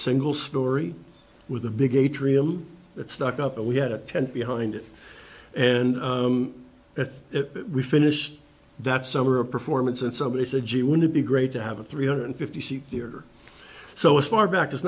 single storey with a big atrium it stuck up and we had a tent behind it and if we finished that summer a performance and somebody said gee would it be great to have a three hundred fifty seat here so as far back as